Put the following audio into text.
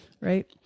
Right